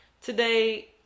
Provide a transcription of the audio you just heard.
today